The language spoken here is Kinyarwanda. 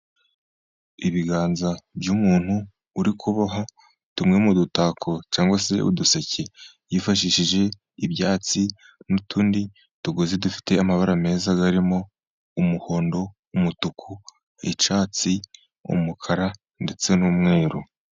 Ibiganza by'umuntu uri kuboha tumwe mu dutako cyangwa se uduseke, yifashishije ibyatsi n'utundi tugozi dufite amabara meza, arimo umuhondo, umutuku, icyatsi, umukara ndetse n'umweru.